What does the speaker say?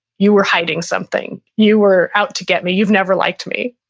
you were hiding something. you were out to get me. you've never liked me.